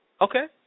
Okay